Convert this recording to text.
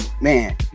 man